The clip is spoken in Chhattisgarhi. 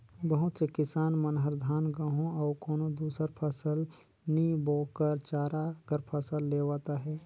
बहुत से किसान मन हर धान, गहूँ अउ कोनो दुसर फसल नी बो कर चारा कर फसल लेवत अहे